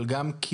אבל גם,